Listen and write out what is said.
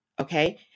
Okay